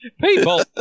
People